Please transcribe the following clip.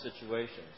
situations